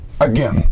Again